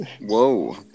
Whoa